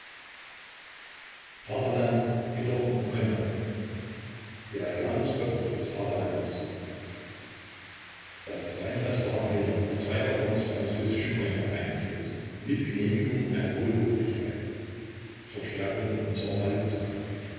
vaterland hiller und kognak der januskopf des vaterlandes das weinrestaurant hiller hat zwei waggons französischen kognak eingeführt mit genehmigung einer hohen obrigkeit zur stärkung unserer valuta